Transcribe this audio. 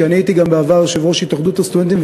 כי אני גם הייתי בעבר יושב-ראש התאחדות הסטודנטים,